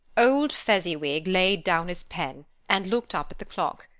old fezziwig laid down his pen, and looked up at the clock,